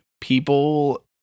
People